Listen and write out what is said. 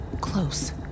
Close